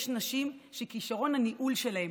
יש נשים שכישרון הניהול שלהן,